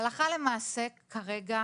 הלכה למעשה, כרגע,